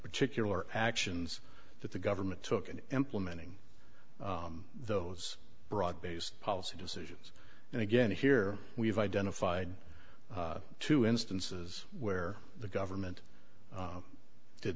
particular actions that the government took in implementing those broad based policy decisions and again here we've identified two instances where the government